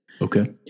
Okay